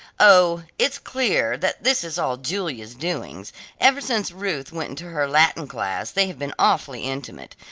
oh, it's clear that this is all julia's doings ever since ruth went into her latin class they have been awfully intimate.